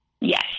Yes